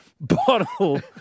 bottle